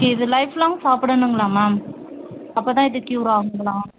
இது life long சாப்பிடனுங்ளா ma'am அப்போ தான் இது கியூராகுங்களா